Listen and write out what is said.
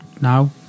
now